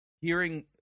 hearing